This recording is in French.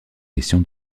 question